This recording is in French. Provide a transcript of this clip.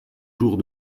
jours